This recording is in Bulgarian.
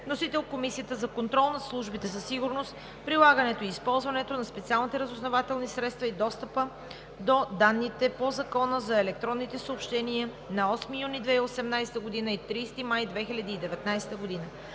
Вносител е Комисията за контрол над службите за сигурност, прилагането и използването на специалните разузнавателни средства и достъпа до данните по Закона за електронните съобщения на 8 юни 2018 г. и 30 май 2019 г.